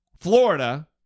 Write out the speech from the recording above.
Florida